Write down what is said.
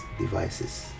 devices